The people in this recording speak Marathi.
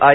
आय